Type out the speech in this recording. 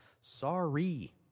Sorry